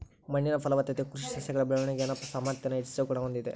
ಮಣ್ಣಿನ ಫಲವತ್ತತೆಯು ಕೃಷಿ ಸಸ್ಯಗಳ ಬೆಳವಣಿಗೆನ ಸಾಮಾರ್ಥ್ಯಾನ ಹೆಚ್ಚಿಸೋ ಗುಣ ಹೊಂದಿದೆ